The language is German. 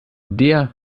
der